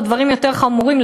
או דברים יותר חמורים,